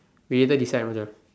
we later decide Macha